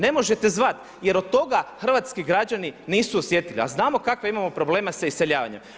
Ne možete zvat jer od toga hrvatski građani nisu osjetili, a znamo kakve imamo probleme sa iseljavanjem.